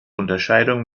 unterscheidung